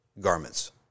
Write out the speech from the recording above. garments